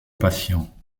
patient